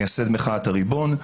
מייסד מחאת הריבון.